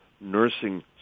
nursing